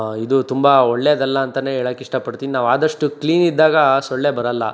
ಇದು ತುಂಬ ಒಳ್ಳೇದಲ್ಲ ಅಂತ ಹೇಳಕ್ ಇಷ್ಟಪಡ್ತೀನಿ ನಾವು ಆದಷ್ಟು ಕ್ಲೀನಿದ್ದಾಗ ಸೊಳ್ಳೆ ಬರಲ್ಲ